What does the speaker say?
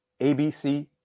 ABC